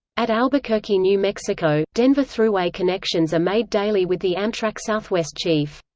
at albuquerque, new mexico, denver thruway connections are made daily with the amtrak southwest chief.